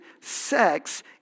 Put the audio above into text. sex